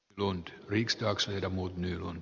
lundh prix taakse ja muut nyman